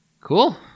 Cool